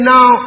Now